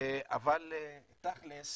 אבל תכלס